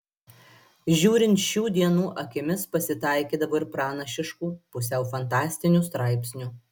žiūrint šių dienų akimis pasitaikydavo ir pranašiškų pusiau fantastinių straipsnių